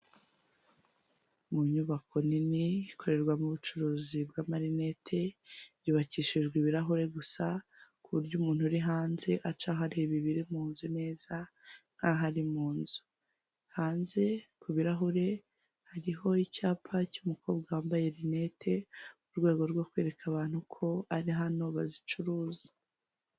Mu nyubako nini ikorerwamo ubucuruzi bw'amarinete yubakishijwe ibirahure gusa ku buryo umuntu uri hanze acaho areba ibiri mu nzu neza nkaho ari mu nzu, hanze kurahure hariho icyapa cy'umukobwa wambaye rinete mu rwego rwo kwereka abantu ko ari hano bazicuruza.